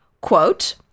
quote